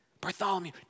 Bartholomew